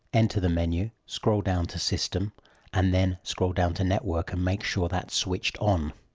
enter the menu, scroll down to system and then scroll down to network and make sure that's switched on.